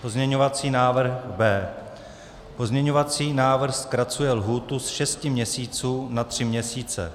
Pozměňovací návrh B. Pozměňovací návrh zkracuje lhůtu z šesti měsíců za tři měsíce.